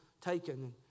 taken